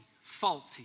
faulty